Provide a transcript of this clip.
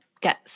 get